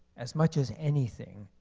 as much as anything,